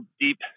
deep